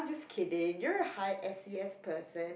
kidding you're a high S_E_S person